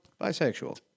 bisexual